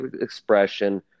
expression